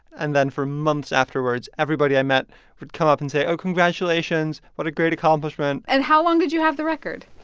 and then for months afterwards, everybody i met would come up and say, oh, congratulations what a great accomplishment and how long did you have the record?